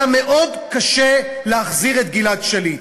היה מאוד קשה להחזיר את גלעד שליט,